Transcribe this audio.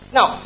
Now